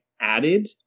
added